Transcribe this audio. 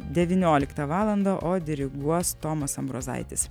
devynioliktą valandą o diriguos tomas ambrozaitis